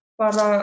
para